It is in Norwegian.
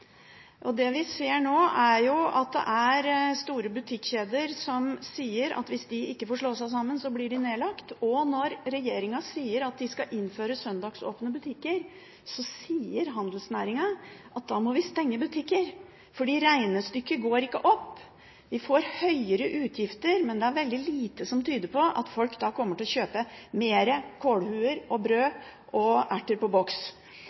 Det vi opplever nå, er at store butikkjeder sier at hvis de ikke får slå seg sammen, blir butikker nedlagt. Når regjeringen sier de skal innføre søndagsåpne butikker, sier handelsnæringen at da må vi stenge butikker, fordi regnestykket ikke går opp. De får høyere utgifter, men det er veldig lite som tyder på at folk da kommer til å kjøpe flere kålhoder, brød og erter på boks.